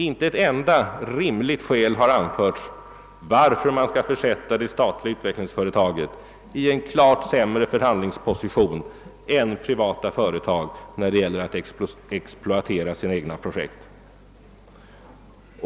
Inte ett enda rimligt skäl har anförts till att man skulle försätta det statliga utvecklingsföretaget i en klart sämre förhandlingsposition än ett privat företag när (det gäller att exploatera sina egna projekt.